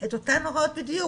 את אותן הוראות בדיוק.